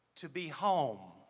to be home